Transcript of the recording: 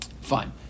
Fine